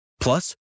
Plus